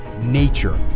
nature